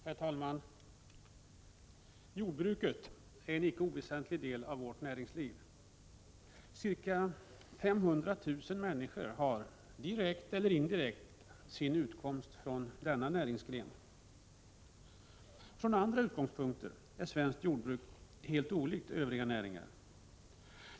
Herr talman! Jordbruket är en icke oväsentlig del av vårt näringsliv. Ca 500 000 människor har direkt eller indirekt sin utkomst från denna näringsgren. Från några utgångspunkter är det svenska jordbruket helt olikt övriga näringar.